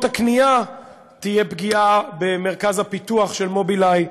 הקנייה תהיה פגיעה במרכז הפיתוח של "מובילאיי"